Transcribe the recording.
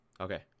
okay